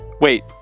wait